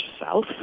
south